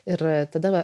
ir tada